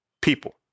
People